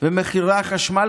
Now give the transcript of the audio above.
ומחירי החשמל,